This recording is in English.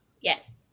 Yes